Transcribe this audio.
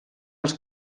els